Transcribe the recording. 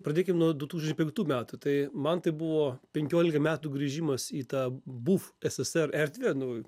pradėkim nuo du tūkstančiai penktų metų tai man tai buvo penkiolika metų grįžimas į tą buv sssr erdvę nu